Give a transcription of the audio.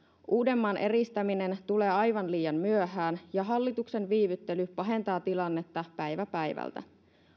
uudenmaan eristäminen tulee aivan liian myöhään ja hallituksen viivyttely pahentaa tilannetta päivä päivältä